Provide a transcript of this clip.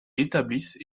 établissent